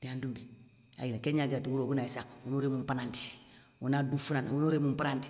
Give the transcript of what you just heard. Déna ndoumbé ayi kégna gati wouro ogana gni sakha ono romou mpanandi, ana dou fanandi ono. romou mpanandi,